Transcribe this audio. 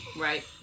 right